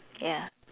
ya